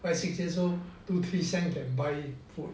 why six years old two three centre can buy food